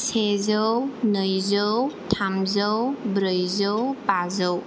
सेजौ नैजौ थामजौ ब्रैजौ बाजौ